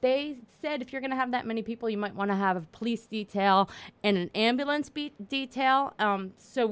they said if you're going to have that many people you might want to have police detail and ambulance beat detail